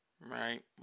right